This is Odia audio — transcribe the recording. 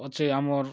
ଅଛେ ଆମର୍